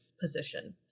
position